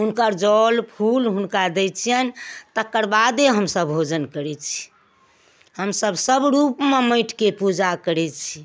हुनकर जल फूल हुनका दै छिअनि तकर बादे हमसब भोजन करैत छी हमसब सब रूपमे माटिके पूजा करैत छी